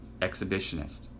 exhibitionist